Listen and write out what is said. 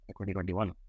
2021